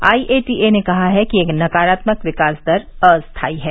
IATA ने कहा है कि यह नकारात्मक विकास दर अस्थायी है